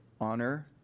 honor